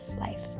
life